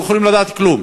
לא יכולים לדעת כלום.